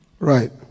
right